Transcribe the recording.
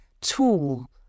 tool